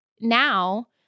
now